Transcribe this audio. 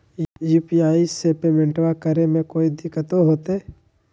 UPI से पेमेंटबा करे मे कोइ दिकतो होते?